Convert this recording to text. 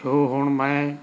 ਉਹ ਹੁਣ ਮੈਂ